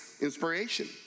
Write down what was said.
inspiration